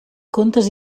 contes